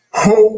ho